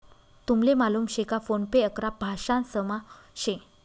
तुमले मालूम शे का फोन पे अकरा भाषांसमा शे